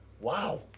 Wow